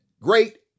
great